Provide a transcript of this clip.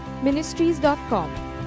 ministries.com